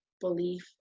belief